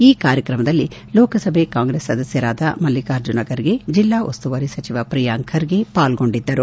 ಈ ಕಾರ್ಯಕ್ರಮದಲ್ಲಿ ಲೋಕಸಭೆ ಕಾಂಗ್ರೆಸ್ ಸದಸ್ಥರಾದ ಮಲ್ಲಿಕಾರ್ಜುನ ಖರ್ಗೆ ಜೆಲ್ಲಾ ಉಸ್ತುವಾರಿ ಸಚಿವ ಪ್ರಿಯಾಂಕ್ ಖರ್ಗೆ ಪಾಲ್ಗೊಂಡಿದ್ದರು